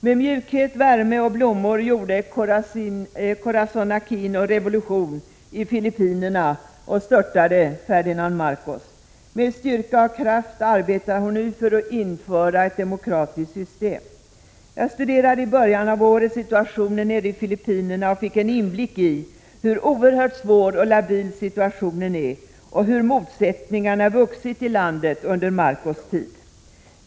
Med mjukhet, värme och blommor gjorde Corazon Aquino revolution i Filippinerna och störtade Ferdinand Marcos. Med styrka och kraft arbetar hon nu för att införa ett demokratiskt system. Jag studerade i början av året situationen i Filippinerna och fick en inblick i hur oerhört svår och labil situationen är och hur motsättningarna har vuxit i landet under Marcos tid.